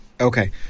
Okay